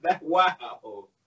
Wow